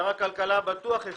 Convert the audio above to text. שר הכלכלה בטוח הכריז.